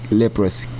leprosy